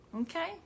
Okay